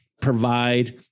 provide